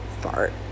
fart